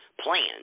plan